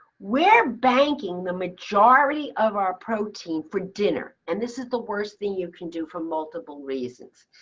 we're banking the majority of our protein for dinner. and this is the worst thing you can do for multiple reasons.